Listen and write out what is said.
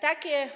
Takie